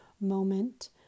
moment